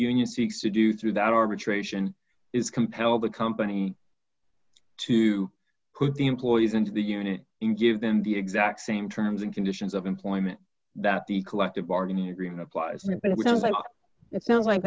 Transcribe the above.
union seeks to do through that arbitration is compel the company to put the employees into the unit in give them the exact same terms and conditions of employment that the collective bargaining agreement applies to me but we don't but it sounds like